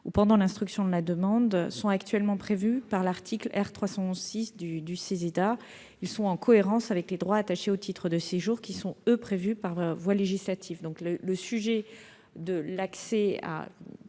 ou pendant l'instruction de la demande sont actuellement prévus par l'article R. 311-6 du Ceseda. Ils sont en cohérence avec les droits attachés au titre de séjour, qui, eux, sont prévus par voie législative. La question de l'accès à